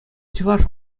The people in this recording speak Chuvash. чӑваш